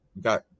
got